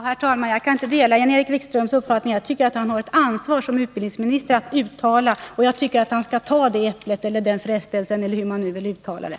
Herr talman! Jag kan inte dela Jan-Erik Wikströms uppfattning. Enligt min mening har han som utbildningsminister ett ansvar att uttala sig i frågan. Jag tycker att han skall falla för frestelsen — eller vad man nu vill kalla det.